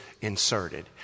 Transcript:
inserted